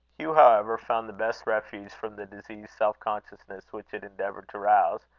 hugh, however, found the best refuge from the diseased self-consciousness which it endeavoured to rouse,